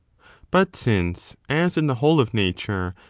but since, as in the whole of nature,